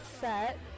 set